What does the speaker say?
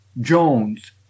Jones